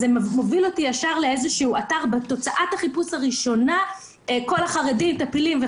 זה מוביל אותי לאתר בתוצאת החיפוש הראשונה: כל החרדים טפילים.